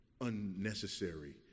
unnecessary